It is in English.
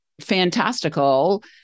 fantastical